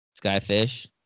Skyfish